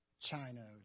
China